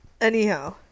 Anyhow